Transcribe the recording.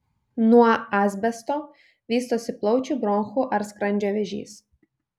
nuo asbesto vystosi plaučių bronchų ar skrandžio vėžys